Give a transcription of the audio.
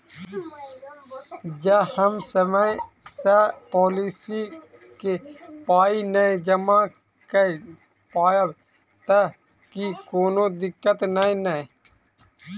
जँ हम समय सअ पोलिसी केँ पाई नै जमा कऽ पायब तऽ की कोनो दिक्कत नै नै?